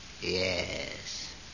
Yes